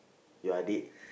your adik